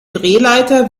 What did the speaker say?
drehleiter